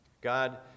God